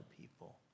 people